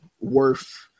worth